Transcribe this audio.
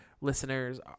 listeners